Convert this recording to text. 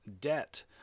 debt